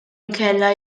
inkella